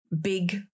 big